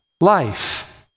life